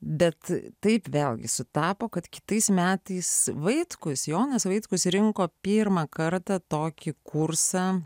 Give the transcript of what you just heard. bet taip vėlgi sutapo kad kitais metais vaitkus jonas vaitkus rinko pirmą kartą tokį kursą